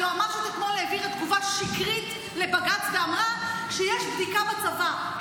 היועמ"שית אתמול העבירה תגובה שקרית לבג"ץ ואמרה שיש בדיקה בצבא,